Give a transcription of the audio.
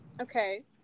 Okay